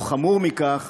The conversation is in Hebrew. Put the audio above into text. או חמור מכך,